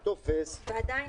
ועדיין